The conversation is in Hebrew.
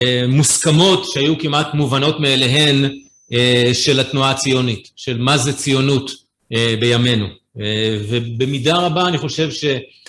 מוסכמות שהיו כמעט מובנות מאליהן של התנועה הציונית, של מה זה ציונות בימינו. ובמידה רבה אני חושב ש...